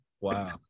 Wow